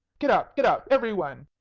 get up! get up! every one!